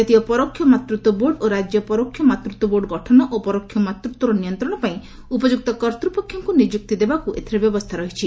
ଜାତୀୟ ପରୋକ୍ଷ ମାତୃତ୍ୱ ବୋର୍ଡ ଓ ରାଜ୍ୟ ପରୋକ୍ଷ ମାତୃତ୍ୱ ବୋର୍ଡ ଗଠନ ଓ ପରୋକ୍ଷ ମାତୃତ୍ୱର ନିୟନ୍ତ୍ରଣ ପାଇଁ ଉପଯୁକ୍ତ କର୍ତ୍ତ୍ୱପକ୍ଷଙ୍କୁ ନିଯୁକ୍ତି ଦେବାକୁ ଏଥିରେ ବ୍ୟବସ୍ଥା ରହିଛି